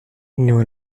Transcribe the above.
nur